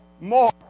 more